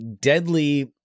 deadly